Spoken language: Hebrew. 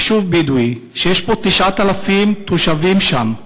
יישוב בדואי, שיש בו 9,000 תושבים שם.